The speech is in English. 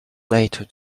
later